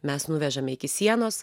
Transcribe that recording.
mes nuvežame iki sienos